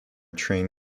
train